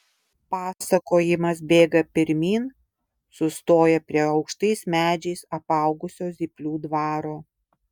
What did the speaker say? pasakojimas bėga pirmyn sustoja prie aukštais medžiais apaugusio zyplių dvaro